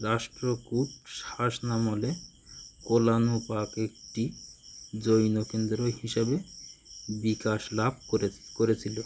রাষ্ট্রকূট শাসন আমলে কোলানুপাক একটি জৈন কেন্দ্র হিসাবে বিকাশ লাভ করে করেছিলো